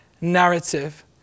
narrative